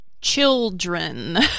children